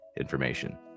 information